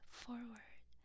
forward